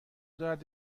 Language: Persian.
دارد